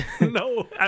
No